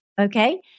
okay